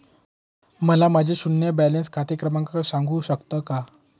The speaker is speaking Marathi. मला माझे शून्य बॅलन्स खाते क्रमांक सांगू शकता का?